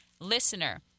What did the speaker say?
listener